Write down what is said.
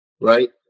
right